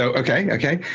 ok. ok.